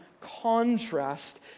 contrast